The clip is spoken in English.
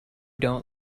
don’t